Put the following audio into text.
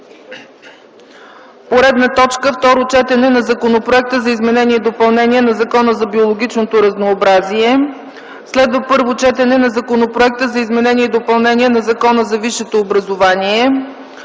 9,00 ч. Второ четене на Законопроект за изменение и допълнение на Закона за биологичното разнообразие. Първо четене на Законопроект за изменение и допълнение на Закона за висшето образование.